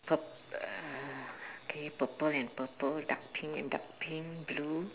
pur~ uh K purple and purple dark pink and dark pink blue